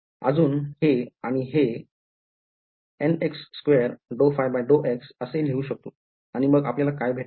अजून हे आणि हे ∂ϕ∂x असे लिहू शकतो आणि मग आपल्याला काय भेटेल